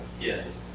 Yes